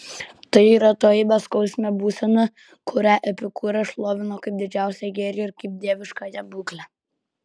tai yra toji beskausmė būsena kurią epikūras šlovino kaip didžiausią gėrį ir kaip dieviškąją būklę